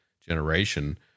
generation